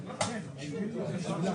אם זה היה